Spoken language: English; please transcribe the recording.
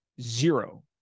Zero